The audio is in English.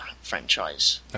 franchise